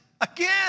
again